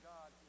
God